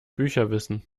bücherwissen